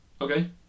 okay